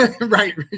Right